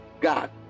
God